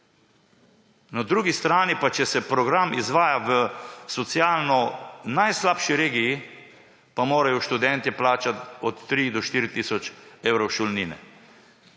na drugi strani pa morajo, če se program izvaja v socialno najslabši regiji, študentje plačati od 3 do 4 tisoč evrov šolnine?